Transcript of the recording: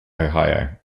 ohio